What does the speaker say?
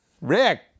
Rick